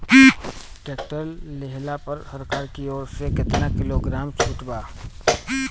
Tractor लिहला पर सरकार की ओर से केतना किलोग्राम छूट बा?